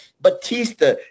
Batista